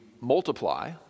multiply